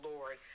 Lord